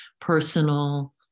personal